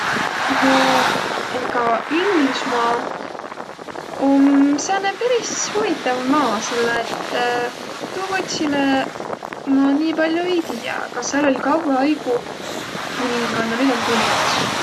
No ega Inglüsmaa om sääne peris huvitav maa, selle et tuu kotsilõ ma nii pall'o ei tiiäq, aga sääl oll' kavva aigu kuninganna, nüüd om kuningas.